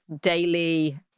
daily